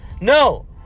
No